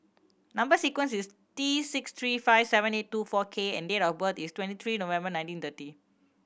number sequence is T six three five seven eight two four K and date of birth is twenty three November nineteen thirty